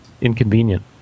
inconvenient